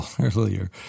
earlier